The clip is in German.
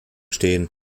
stehen